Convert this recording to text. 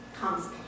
comes